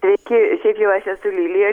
sveiki šiaip jau aš esu lilija